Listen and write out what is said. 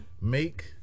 make